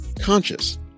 conscious